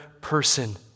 person